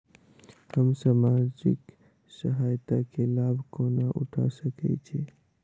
हम सामाजिक सहायता केँ लाभ कोना उठा सकै छी?